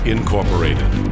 Incorporated